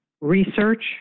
research